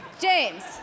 James